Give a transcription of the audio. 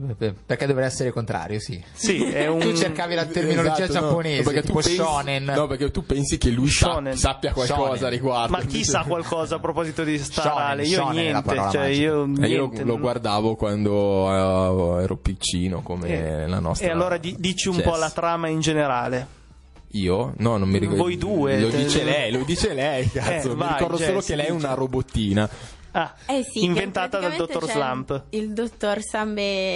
Perché dovrebbe essere il contrario, sì. Sì, è un- Tu cercavi la terminologia Esatto, giapponese, no. No, perché tipo tu pensi- shonen. no, perché tu pensi che lui sa- Shonen. sappia qualcosa a Shonen. Ma riguardo. chi sa qualcosa a proposito di Starale? Shonen, Io shonen è la niente, parola cioè, magica. io Eh, io niente. lo guardavo quando, eh, ero piccino, come Eh, la nostra e allora di- dici un po' la Jess. trama in generale. Io? No, non mi ricordo- Voi due, Lo te- dice lei, lo dice lei, Eh, cazzo. Mi vai, ricordo solo Jess, che lei è dici. una robottina. Ah, Eh sì, che inventata dal praticamente dottor c'è Slump. il dottor Sambe-